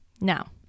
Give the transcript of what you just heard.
Now